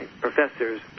professors